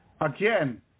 again